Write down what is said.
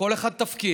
לכל אחד תפקיד: